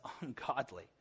ungodly